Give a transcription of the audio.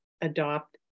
adopt